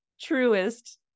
truest